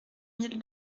mille